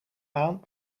aan